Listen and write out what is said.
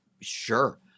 Sure